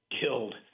killed